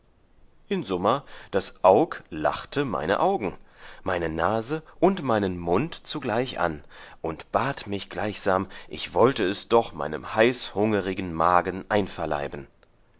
in summa das aug lachte meine augen meine nase und meinen mund zugleich an und bat mich gleichsam ich wollte es doch meinem heißhungerigen magen einverleiben